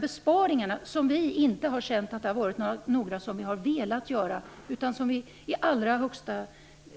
Besparingarna, som vi naturligtvis inte har velat göra utan som vi i allra högsta